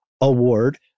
award